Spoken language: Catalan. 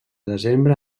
desembre